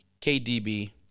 KDB